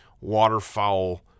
waterfowl